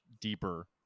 deeper